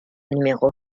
numéro